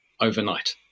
overnight